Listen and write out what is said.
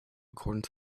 according